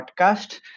podcast